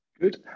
Good